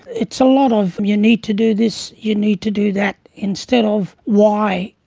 it's a lot of you need to do this, you need to do that, instead of why.